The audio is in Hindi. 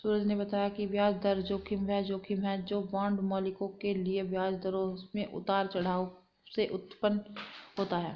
सूरज ने बताया कि ब्याज दर जोखिम वह जोखिम है जो बांड मालिकों के लिए ब्याज दरों में उतार चढ़ाव से उत्पन्न होता है